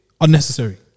unnecessary